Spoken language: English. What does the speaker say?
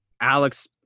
Alex